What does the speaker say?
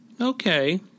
okay